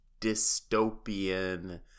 dystopian